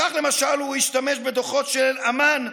כך, למשל, הוא השתמש בדוחות של אמ"ן,